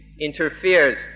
interferes